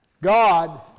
God